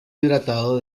hidratado